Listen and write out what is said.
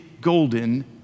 golden